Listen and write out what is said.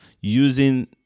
using